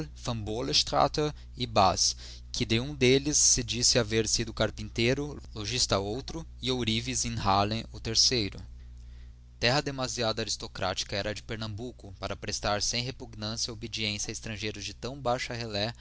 van boolestrate e bas que de um delles se disse haver sido carpinteiro logista outro e ourives em harlem o terceiro terra demnsiado aristocrática era a de pernambuco para prestar sem repugnância obediência a estrangeiros de tão baixa relê